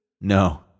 No